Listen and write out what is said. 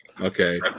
okay